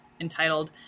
entitled